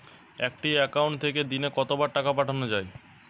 একটি একাউন্ট থেকে দিনে কতবার টাকা পাঠানো য়ায়?